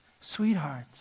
Sweetheart